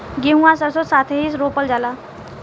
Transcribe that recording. गेंहू आ सरीसों साथेही रोपल जाला